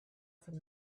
from